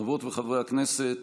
חברות וחברי הכנסת,